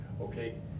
Okay